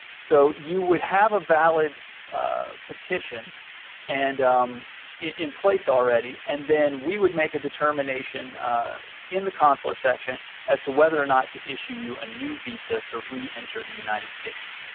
so you would have a valid petition and um in place already and then we would make a determination in the consular section as to whether or not to issue you a new visa to re-enter the united states.